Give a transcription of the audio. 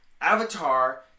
Avatar